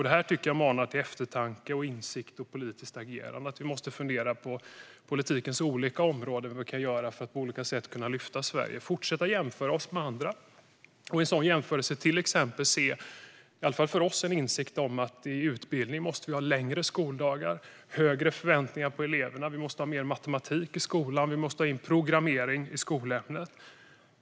Detta manar till eftertanke, insikt och politiskt agerande. Vi måste inom politikens olika områden fundera på vad vi kan göra för att på olika sätt lyfta Sverige. Vi måste fortsätta jämföra oss med andra och i en sådan jämförelse få en insikt om att vi när det gäller utbildning måste ha längre skoldagar, högre förväntningar på eleverna och mer matematik i skolan samt få in programmering som ett skolämne.